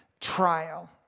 trial